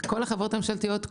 כל החברות הממשלתיות,